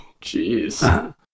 Jeez